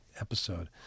episode